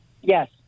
Yes